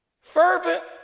fervent